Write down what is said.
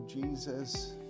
Jesus